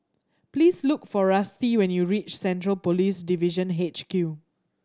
please look for Rusty when you reach Central Police Division H Q